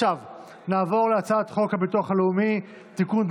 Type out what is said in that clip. נעבור להצעת חוק הביטוח הלאומי (תיקון,